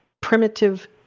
primitive